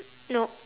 nope